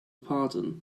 pardon